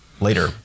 later